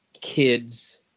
kids